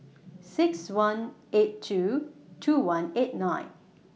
six one eight two two one eight nine